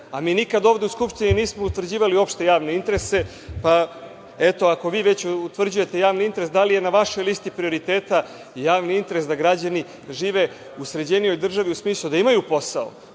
a mi nikad ovde u Skupštini nismo utvrđivali opšte javne interese, pa eto, ako vi već utvrđujete javni interes, da li je na vašoj listi prioriteta javni interes da građani žive u sređenijoj državi u smislu da imaju posao,